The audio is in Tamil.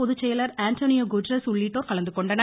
பொதுச்செயலர் அன்டோனியா குட்டரெஸ் உள்ளிட்டோர் கலந்து கொண்டனர்